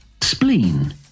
Spleen